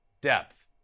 depth